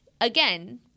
again